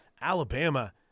Alabama